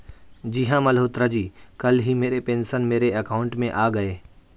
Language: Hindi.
जी हां मल्होत्रा जी कल ही मेरे पेंशन मेरे अकाउंट में आ गए